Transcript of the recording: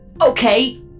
Okay